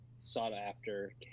sought-after